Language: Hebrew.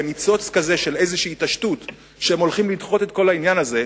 שבניצוץ כזה של איזו התעשתות הם הולכים לדחות את כל העניין הזה,